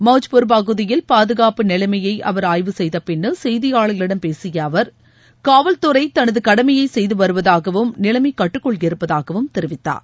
மௌச்பூர் பகுதியில் பாதுகாப்பு நிலைமையை அவர் ஆய்வு செய்த பின்னர் செய்தியாளர்களிடம் பேசிய அவர் காவல்துறை தனது கடமையை செய்து வருவதாகவும் நிலைமை கட்டுக்குள் இருப்பதாகவும் தெரிவித்தார்